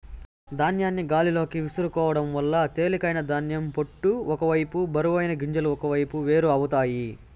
ధాన్యాన్ని గాలిలోకి విసురుకోవడం వల్ల తేలికైన ధాన్యం పొట్టు ఒక వైపు బరువైన గింజలు ఒకవైపు వేరు అవుతాయి